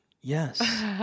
Yes